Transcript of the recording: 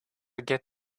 get